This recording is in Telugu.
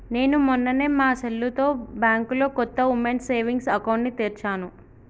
నేను మొన్ననే మా సెల్లుతో బ్యాంకులో కొత్త ఉమెన్స్ సేవింగ్స్ అకౌంట్ ని తెరిచాను